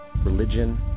Religion